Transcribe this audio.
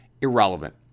irrelevant